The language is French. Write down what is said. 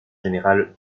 général